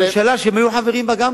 בממשלה שגם הם היו חברים בה.